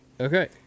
Okay